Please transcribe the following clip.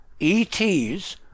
ETs